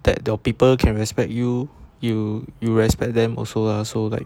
that there are people can respect you you you respect them also lah so like